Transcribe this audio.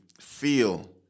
feel